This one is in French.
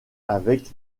avec